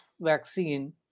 vaccine